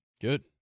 Good